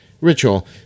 ritual